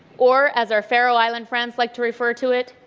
or as our faroe island friends like to refer to it.